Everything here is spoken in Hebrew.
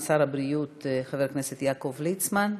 שר הבריאות חבר הכנסת יעקב ליצמן,